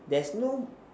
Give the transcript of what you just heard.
there's no